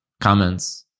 comments